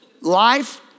Life